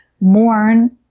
mourn